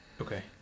Okay